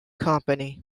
company